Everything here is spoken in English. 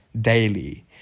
daily